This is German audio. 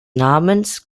namens